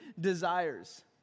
desires